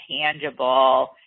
tangible